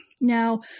Now